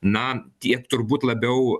na tiek turbūt labiau